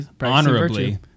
honorably